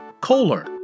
Kohler